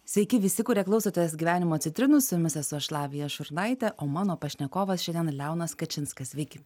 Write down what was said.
sveiki visi kurie klausotės gyvenimo citrinų su jumis esu aš lavija šurnaitė o mano pašnekovas šiandieną leonas kačinskas sveiki